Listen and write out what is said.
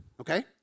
okay